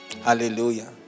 Hallelujah